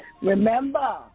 Remember